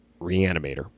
Reanimator